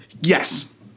Yes